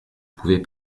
pouvez